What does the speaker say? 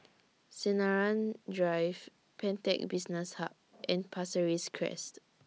Sinaran Drive Pantech Business Hub and Pasir Ris Crest